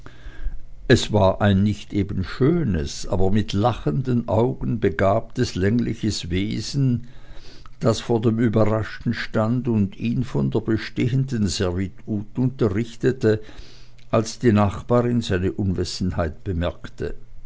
es war ein nicht eben schönes aber mit lachenden augen begabtes längliches wesen das vor dem überraschten stand und ihn von der bestehenden servitut unterrichtete als die nachbarin seine unwissenheit bemerkte